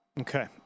Okay